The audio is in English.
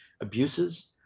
abuses